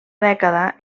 dècada